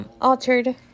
altered